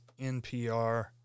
NPR